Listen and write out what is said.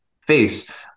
face